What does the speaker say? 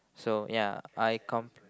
so ya I come